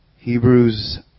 Hebrews